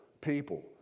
people